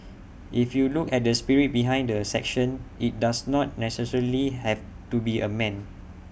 if you look at the spirit behind the section IT does not necessarily have to be A man